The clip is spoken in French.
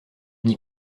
n’y